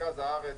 במרכז הארץ.